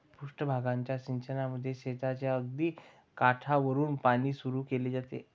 पृष्ठ भागाच्या सिंचनामध्ये शेताच्या अगदी काठावरुन पाणी सुरू केले जाते